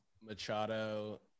Machado